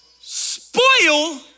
spoil